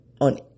on